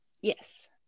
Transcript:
Yes